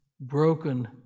broken